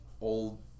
old